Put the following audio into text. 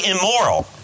immoral